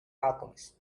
alchemist